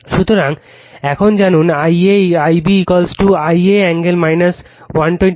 সুতরাং এখন জানুন Ib Ia কোণ 120o